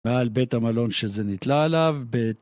מעל בית המלון שזה ניתלה עליו, ב...